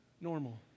normal